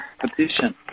competition